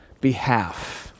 behalf